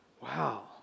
wow